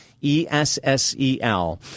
E-S-S-E-L